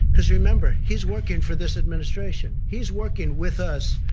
cuz remember, he's working for this administration. he's working with us,